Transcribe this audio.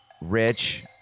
Rich